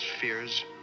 fears